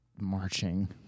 marching